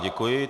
Děkuji.